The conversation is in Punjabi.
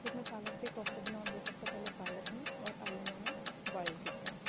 ਫਿਰ ਮੈਂ ਪਾਲਕ ਦੇ ਕੋਫਤੇ ਬਣਾਉਣ ਲਈ ਸਭ ਤੋਂ ਪਹਿਲੇ ਪਾਲਕ ਨੂੰ ਔਰ ਆਲੂਆਂ ਨੂੰ ਬਾਇਲ ਕੀਤਾ